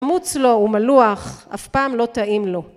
חמוץ לו הוא מלוח אף פעם לא טעים לו